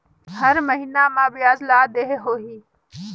हर महीना मा ब्याज ला देहे होही?